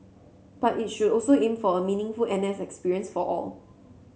but it should also aim for a meaningful N S experience for all